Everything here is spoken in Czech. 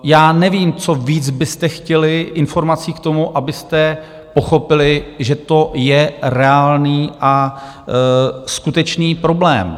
Já nevím, co víc byste chtěli informací k tomu, abyste pochopili, že to je reálný a skutečný problém.